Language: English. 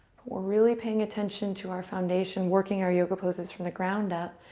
we're really paying attention to our foundation, working our yoga poses from the ground up.